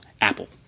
APPLE